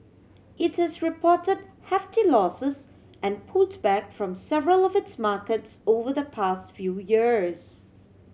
it has reported hefty losses and pulled back from several of its markets over the past few years